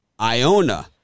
Iona